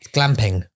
Glamping